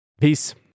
Peace